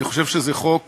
אני חושב שזה חוק